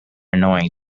annoying